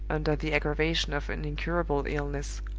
under the aggravation of an incurable illness.